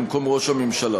במקום ראש הממשלה,